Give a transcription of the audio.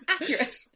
accurate